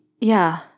yeah